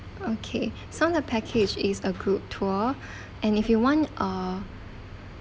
okay so the package is a group tour and if you want uh